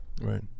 Right